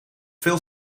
veel